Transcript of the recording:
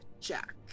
jack